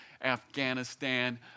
Afghanistan